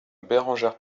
bérengère